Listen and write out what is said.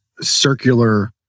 circular